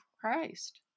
Christ